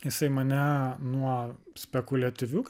jisai mane nuo spekuliatyvių